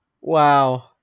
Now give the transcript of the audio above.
Wow